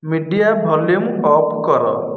media volume off କର